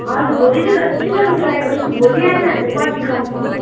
हजुर भोलि चाहिँ जति साह्रो ट्राई गर्छु भोलि आएन भने चाहिँ पर्सि कन्फर्म हो